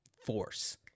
force